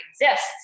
exists